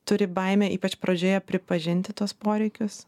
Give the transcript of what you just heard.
turi baimę ypač pradžioje pripažinti tuos poreikius